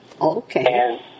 Okay